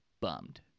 bummed